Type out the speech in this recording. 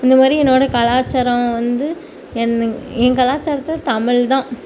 இந்த மாதிரி என்னோடய கலாச்சாரம் வந்து என்ன ஏன் கலாச்சாரத்தை தமிழ் தான்